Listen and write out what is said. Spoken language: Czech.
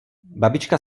babička